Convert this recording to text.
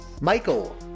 Michael